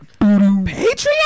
Patreon